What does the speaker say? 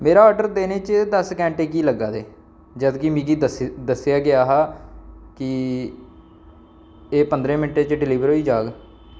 मेरा आर्डर देने च दस घैंटे की लग्गा दे जद् के मिगी दस्सी दस्सेआ गेआ हा कि एह् पंदरां मिनटें च डलीवर होई जाह्ग